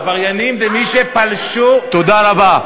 העבריינים זה מי שפלשו, תודה רבה.